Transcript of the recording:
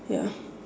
ya